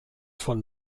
von